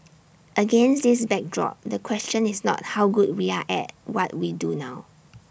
against this backdrop the question is not how good we are at what we do now